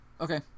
Okay